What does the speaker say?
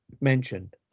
mentioned